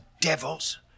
devil's